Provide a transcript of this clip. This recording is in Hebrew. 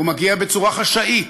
הוא מגיע בצורה חשאית.